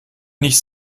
nicht